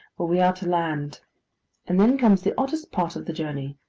where we are to land and then comes the oddest part of the journey.